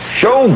show